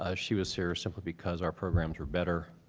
ah she was here simply because our programs are better,